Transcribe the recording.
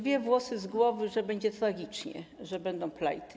Rwą włosy z głowy, że będzie tragicznie, że będą plajty.